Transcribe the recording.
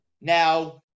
Now